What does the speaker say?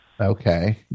Okay